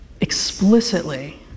explicitly